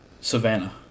Savannah